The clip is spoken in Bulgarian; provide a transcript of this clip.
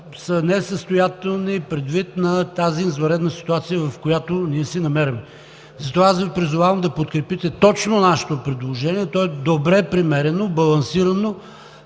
са несъстоятелни предвид тази извънредна ситуация, в която се намираме. Затова аз Ви призовавам да подкрепите точно нашето предложение, то е добре премерено, балансирано,